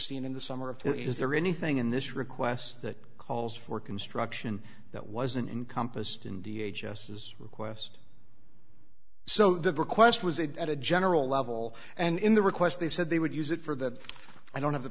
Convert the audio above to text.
seen in the summer of two is there anything in this request that calls for construction that wasn't encompassed in da just his request so the request was made at a general level and in the request they said they would use it for that i don't have the